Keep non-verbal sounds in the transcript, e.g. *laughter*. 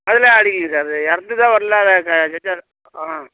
அதலாம் அடிக்குது சார் இது எர்த்து தான் வரல *unintelligible* ஆ